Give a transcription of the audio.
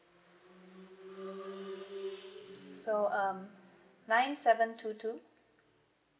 so um nine seven two two